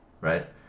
Right